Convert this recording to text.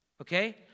okay